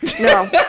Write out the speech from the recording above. no